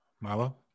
Milo